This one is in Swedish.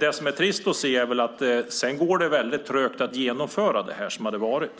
Det som är trist att se är att det går väldigt trögt att genomföra det här.